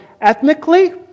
ethnically